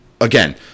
Again